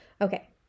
Okay